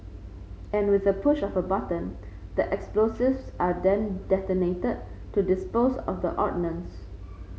and with a push of a button the explosives are then detonated to dispose of the ordnance